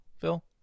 Phil